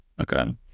Okay